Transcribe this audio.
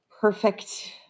perfect